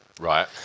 Right